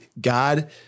God